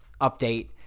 update